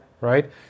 right